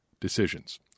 decisions